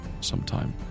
sometime